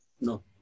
No